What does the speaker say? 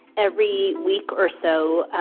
every week or so,